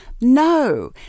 No